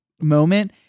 moment